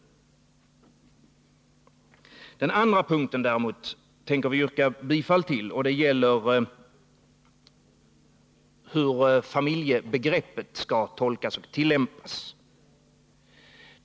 141 Den andra punkten ämnar vi däremot yrka bifall till. Den gäller hur familjebegreppet skall tolkas och tillämpas.